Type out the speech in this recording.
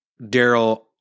Daryl